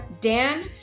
Dan